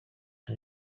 time